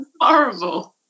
horrible